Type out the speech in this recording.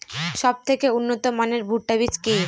সবথেকে উন্নত মানের ভুট্টা বীজ কি?